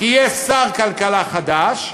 כי יש שר כלכלה חדש.